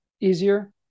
easier